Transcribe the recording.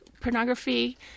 pornography